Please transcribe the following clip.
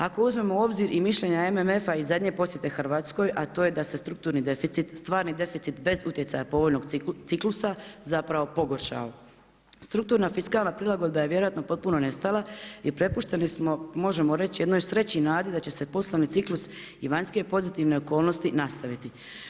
Ako uzmemo u obzir i mišljenja MMF-a i zadnje posjete Hrvatskoj a to je da se strukturni deficit, stvarni deficit bez utjecaja povoljnog ciklusa zapravo pogoršao Strukturna fiskalna prilagodba je vjerojatno potpuno nestala i prepušteni smo možemo reći jedno sreći i nadi da će se poslovni ciklus i vanjske pozitivne okolnosti nastaviti.